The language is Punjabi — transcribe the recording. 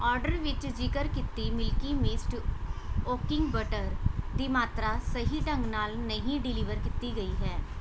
ਆਡਰ ਵਿੱਚ ਜ਼ਿਕਰ ਕੀਤੀ ਮਿਲਕੀ ਮਿਸਟ ਉਕਿੰਗ ਬਟਰ ਦੀ ਮਾਤਰਾ ਸਹੀ ਢੰਗ ਨਾਲ ਨਹੀਂ ਡਿਲੀਵਰ ਕੀਤੀ ਗਈ ਹੈ